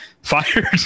fired